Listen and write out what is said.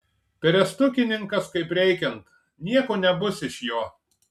perestukininkas kaip reikiant nieko nebus iš jo